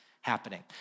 happening